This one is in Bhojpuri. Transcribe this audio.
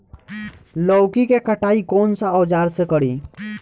लौकी के कटाई कौन सा औजार से करी?